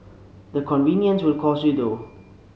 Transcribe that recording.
the convenience will cost you though